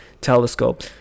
telescope